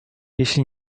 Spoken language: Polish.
jeśli